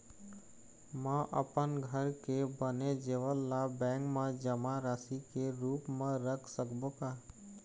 म अपन घर के बने जेवर ला बैंक म जमा राशि के रूप म रख सकबो का?